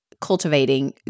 cultivating